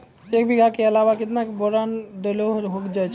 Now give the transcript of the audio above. एक बीघा के अलावा केतना बोरान देलो हो जाए?